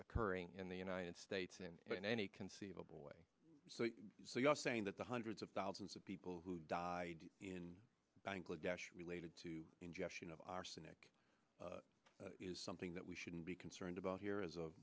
occurring in the united states in any conceivable way so you are saying that the hundreds of thousands of people who die in bangladesh related to ingestion of arsenic is something that we shouldn't be concerned about here is